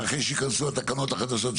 אחרי שייכנסו התקנות החדשות.